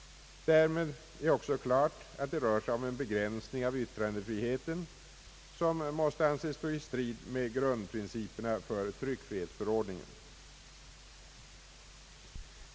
Härmed är också klart att det rör sig om en begränsning av yttrandefriheten, vilket måste anses stå i strid med grundprinciperna för tryckfrihetsförordningen.